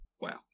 Wow